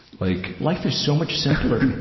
like life is so much simpler.